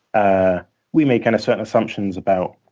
ah we made kind of certain assumptions about,